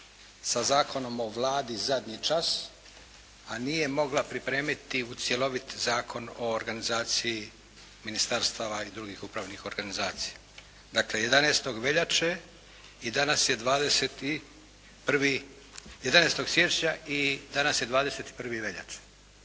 sa Zakonom o Vladi zadnji čas, a nije mogla pripremiti u cjelovit Zakon o organizaciji ministarstava i drugih upravnih organizacija. Dakle, 11. veljače i danas je 21., 11.